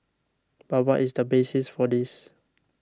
but what is the basis for this